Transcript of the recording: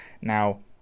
Now